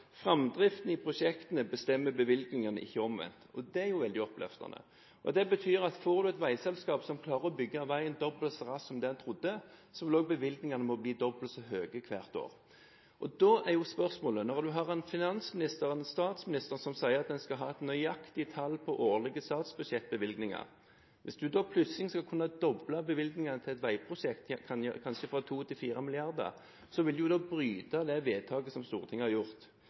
framdriften i prosjektene bestemmer bevilgningene, ikke omvendt, og det er jo veldig oppløftende. Det betyr at om et veiselskap klarer å bygge veien dobbelt så raskt som en trodde, vil også bevilgningene måtte bli dobbelt så høye hvert år. Når en har en finansminister og en statsminister som sier at en skal ha et nøyaktig tall på årlige statsbudsjettbevilgninger, og plutselig skal kunne doble bevilgningene til et veiprosjekt, kanskje fra 2 til 4 mrd. kr, vil en bryte det vedtaket som Stortinget har gjort,